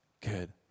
Good